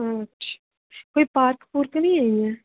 अच्छा कोई पार्क पूर्क नि ऐ इयां